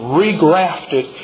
regrafted